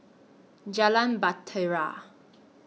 Jalan Bahtera